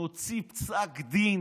נוציא פסק דין